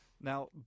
Now